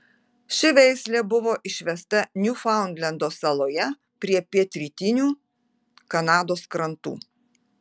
ši veislė buvo išvesta niufaundlendo saloje prie pietrytinių kanados krantų